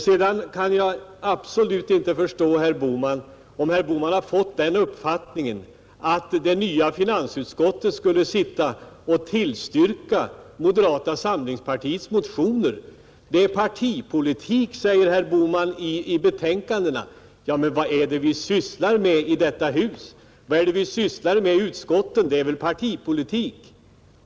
Sedan kan jag absolut inte förstå om herr Bohman har hoppats att det nya finansutskottet skulle sitta och tillstyrka moderata samlingspartiets motioner. Det är partipolitik, säger herr Bohman, i betänkandena. Ja men, vad är det vi sysslar med i detta hus? Vad är det vi sysslar med i utskotten? Det är väl partipolitik!